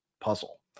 puzzle